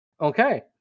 Okay